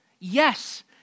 Yes